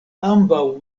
ambaŭ